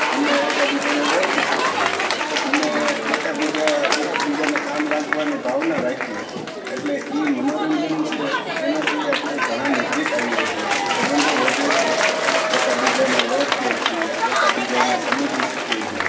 અને એકબીજાને ઓળખી શકીએ છીએ અને એકબીજા એકબીજાને કામ લાગવાની ભાવના રાખીએ એટલે એ મનોરંજન છે એનાથી આપણે ઘણા નજીક આવીએ છીએ સબંધો વધે છે એકબીજાને ઓળખીએ છીએ એકાબીજાને સમજી શકીએ છીએ